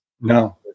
No